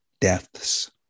deaths